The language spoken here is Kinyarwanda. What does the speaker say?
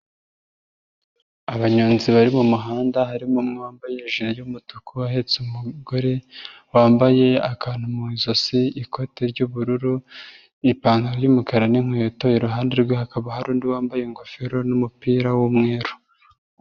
Abanyonzi bari mu muhanda harimo umwe wambaye isha y'umutuku uhetse umugore wambaye akantu mu ijosi, ikoti ry'ubururu n'ipantaro y'umukara n'inkweto, iruhande rwe hakaba hari undi wambaye ingofero n'umupira w'umweru.